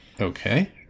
Okay